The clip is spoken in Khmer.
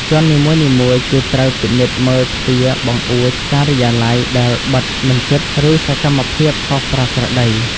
ជាន់នីមួយៗ គឺត្រូវពិនិត្យមើលទ្វារបង្អួច ការិយាល័យដែលបិទមិនជិត ឬសកម្មភាពខុសប្រក្រតី។